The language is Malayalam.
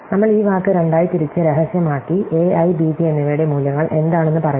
നമ്മൾ ഈ വാക്ക് രണ്ടായി തിരിച്ച് രഹസ്യമാക്കി a i b j എന്നിവയുടെ മൂല്യങ്ങൾ എന്താണെന്ന് പറയുക